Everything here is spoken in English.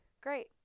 great